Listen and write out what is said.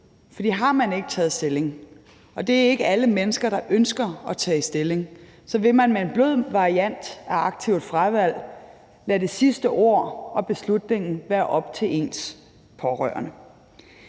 for har man ikke taget stilling, og det er ikke alle mennesker, der ønsker at tage stilling, så vil man med en blød variant af aktivt fravalg lade det sidste ord og beslutningen være op til ens pårørende.